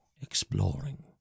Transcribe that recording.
exploring